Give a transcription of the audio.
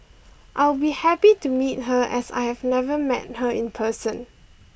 I'll be happy to meet her as I have never met her in person